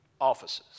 offices